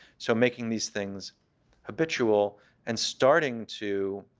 so making these things habitual and starting to,